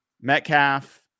Metcalf